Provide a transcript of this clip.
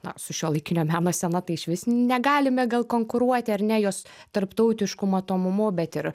na su šiuolaikinio meno scena tai išvis negalime gal konkuruoti ar ne jos tarptautišku matomumu bet ir